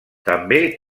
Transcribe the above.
també